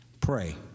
Pray